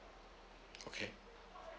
okay